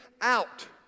out